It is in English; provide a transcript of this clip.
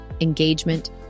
engagement